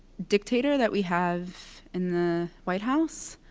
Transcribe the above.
dictator that we have in the white house.